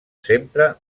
sempre